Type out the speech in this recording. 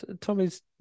Tommy's